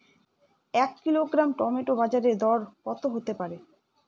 এক kilogram tomato বাজের দরকত হতে পারে?